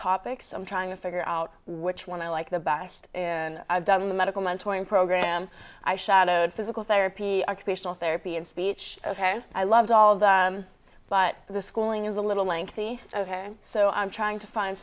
topics i'm trying to figure out which one i like the best and i've done the medical mentoring program i shadowed physical therapy occupational therapy and speech ok i loved all the but the schooling is a little lengthy ok so i'm trying to find